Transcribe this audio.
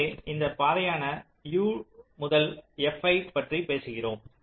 எனவே இந்தப்பாதையான u to fi ஐப் பற்றி பேசுகிறோம்